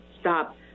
stop